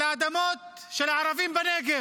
על האדמות של הערבים בנגב.